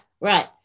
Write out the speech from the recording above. right